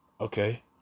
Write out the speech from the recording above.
Okay